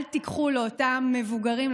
אל תיקחו לאותם מבוגרים,